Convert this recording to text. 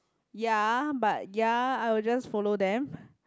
ya but ya I will just follow them